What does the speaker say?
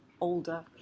older